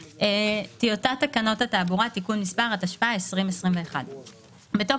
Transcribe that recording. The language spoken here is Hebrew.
"טיוטת תקנות התעבורה (תיקון מס'...) התשפ"א-2021 בתוקף